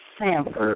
Sanford